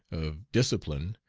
of discipline,